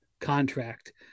contract